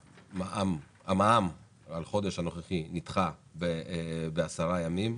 המע"מ על החודש הנוכחי נדחה ב-10 ימים.